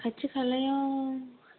खाथि खालायाव